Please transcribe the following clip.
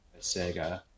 Sega